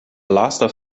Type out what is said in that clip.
lasta